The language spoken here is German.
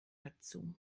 dazu